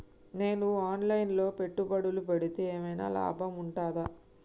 నేను online లో పెట్టుబడులు పెడితే ఏమైనా లాభం ఉంటదా?